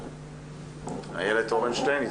בינתיים עד שאיילת תנסה להתחבר שוב, איריס, בבקשה.